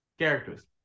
Characters